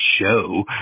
show